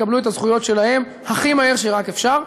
יקבלו את הזכויות שלהם הכי מהר שרק אפשר.